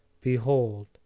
behold